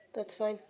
that's fine.